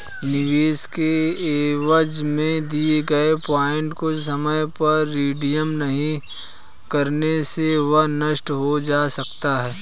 निवेश के एवज में दिए गए पॉइंट को समय पर रिडीम नहीं करने से वह नष्ट हो जाता है